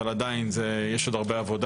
אבל עדיין יש עוד הרבה עבודה.